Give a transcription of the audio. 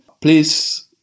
Please